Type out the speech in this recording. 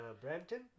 Brampton